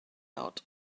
out